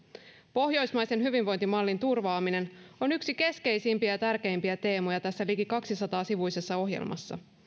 pohjoismaisen hyvinvointimallin turvaaminen on yksi keskeisimpiä ja tärkeimpiä teemoja tässä liki kaksisataa sivuisessa ohjelmassa